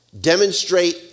demonstrate